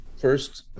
first